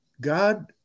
God